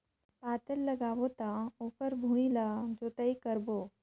पातल लगाबो त ओकर भुईं ला जोतई करबो?